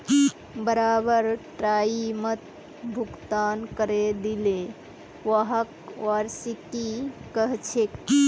बराबर टाइमत भुगतान करे दिले व्हाक वार्षिकी कहछेक